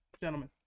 gentlemen